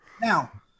Now